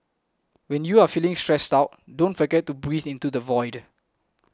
when you are feeling stressed out don't forget to breathe into the void